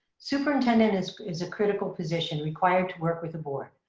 superintendent is is a critical position required to work with the board.